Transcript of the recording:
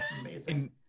Amazing